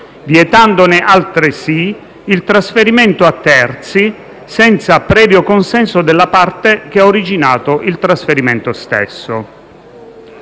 vietandone altresì il trasferimento a terzi senza previo consenso della parte che ha originato il trasferimento stesso.